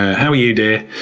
how are you, dear?